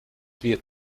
wird